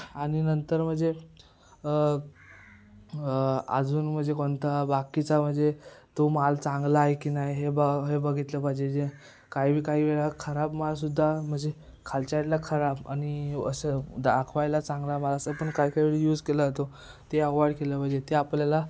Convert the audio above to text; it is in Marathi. आणि नंतर म्हणजे अजून म्हणजे कोणता बाकीचा म्हणजे तो माल चांगला आहे की नाही हे ब हे बघितलं पाहिजे जे काही काही वेळा खराब मालसुद्धा म्हणजे खालच्या साईडला खराब आणि असं दाखवायला चांगला माल असं पण काही काही वेळ यूज केला जातो ते अवॉयड केलं पाहिजे ते आपल्याला